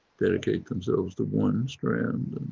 dedicate themselves to one strand,